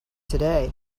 today